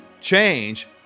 change